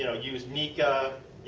you know use niihka,